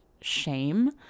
shame